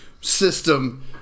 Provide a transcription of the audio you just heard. system